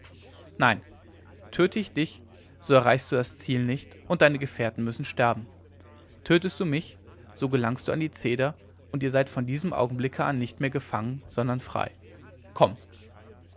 nein töte ich dich so erreichst du das ziel nicht und deine gefährten müssen sterben tötest du mich so gelangst du an die zeder und ihr seid von diesem augenblicke an nicht mehr gefangen sondern frei komm